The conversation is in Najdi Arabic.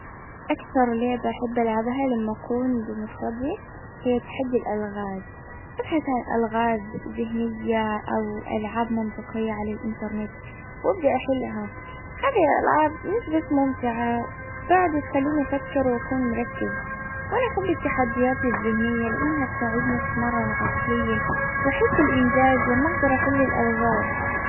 اكثر لعبة احب العبها لما اكون بمفردي. هي تحدي الالغام. ابحث عن الالغاز الذهنية او العاب منطقية على الانترنت. وابدأ احلها. هذه الالعاب مش بس ممتعة. بعد تخليني افكر واكون مركز. وانا احب التحديات الزهنية لانها تساعدني اتمرن عقليا واحس بالانجاز لما اجدر احل الالغاز